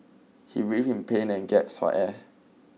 he writhed in pain and gasped for air